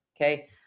okay